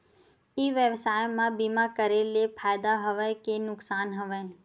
ई व्यवसाय म बीमा करे ले फ़ायदा हवय के नुकसान हवय?